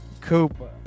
cooper